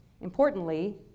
Importantly